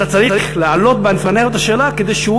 אתה צריך לעלות לפענח את השאלה כדי שהוא